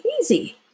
easy